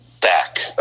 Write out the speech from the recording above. back